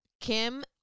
Kim